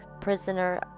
Prisoner